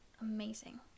amazing